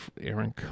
Aaron